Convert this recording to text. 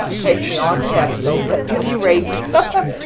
take me on to heaven. don't let me be raped. but,